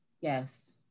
yes